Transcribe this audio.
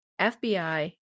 FBI